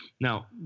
Now